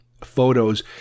photos